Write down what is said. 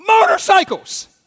motorcycles